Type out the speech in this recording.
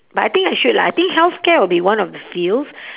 but I think I should lah I think healthcare will be one of the fields